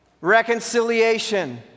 Reconciliation